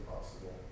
possible